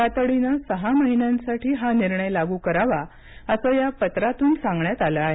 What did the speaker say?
तातडीनं सहा महिन्यांसाठी हा निर्णय लागू करावा असं या पत्रातून सांगण्यात आलं आहे